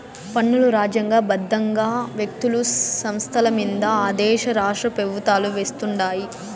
పన్నులు రాజ్యాంగ బద్దంగా వ్యక్తులు, సంస్థలమింద ఆ దేశ రాష్ట్రపెవుత్వాలు వేస్తుండాయి